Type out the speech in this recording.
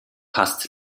passt